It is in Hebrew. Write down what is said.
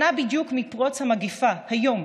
שנה בדיוק מפרוץ המגפה היום,